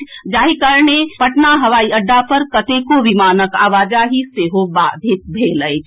दृश्यता घटबा कारणे पटना हवाई अड्डा पर कतेको विमानक आवाजाही सेहो बाधित भेल अछि